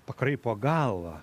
pakraipo galvą